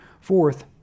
Fourth